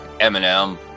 Eminem